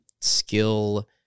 skill